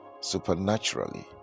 supernaturally